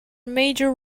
major